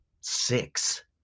Six